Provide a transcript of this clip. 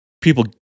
people